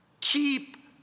Keep